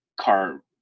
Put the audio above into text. car